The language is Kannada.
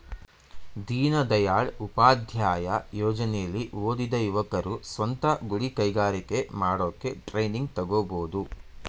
ದೀನದಯಾಳ್ ಉಪಾಧ್ಯಾಯ ಯೋಜನೆಲಿ ಓದಿದ ಯುವಕರು ಸ್ವಂತ ಗುಡಿ ಕೈಗಾರಿಕೆ ಮಾಡೋಕೆ ಟ್ರೈನಿಂಗ್ ತಗೋಬೋದು